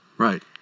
Right